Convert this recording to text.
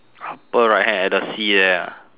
upper right hand at the sea there ah